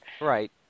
Right